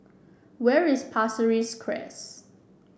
where is Pasir Ris Crest